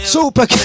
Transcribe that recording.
Super